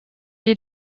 est